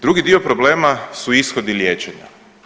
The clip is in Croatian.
Drugi dio problema su ishodi liječenja.